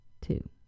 Two